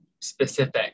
specific